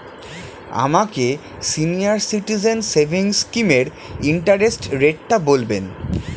আমাকে senior citizen savings স্কিমের interest রেটটা বলবেন